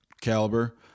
caliber